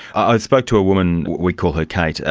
i spoke to a woman, we call her kate,